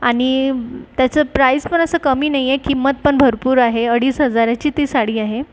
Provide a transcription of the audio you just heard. आणि त्याचं प्राईस पण असं कमी नाही आहे किंमत पण भरपूर आहे अडीज हजाराची ती साडी आहे